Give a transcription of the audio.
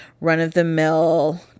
run-of-the-mill